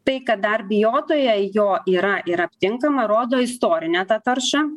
tai kad dar bijotoje jo yra ir aptinkama rodo istorinę tą taršą